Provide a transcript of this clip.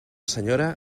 senyora